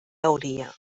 hauria